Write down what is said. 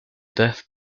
death